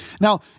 Now